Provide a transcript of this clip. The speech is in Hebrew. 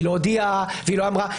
היא לא הודיעה והיא לא אמרה.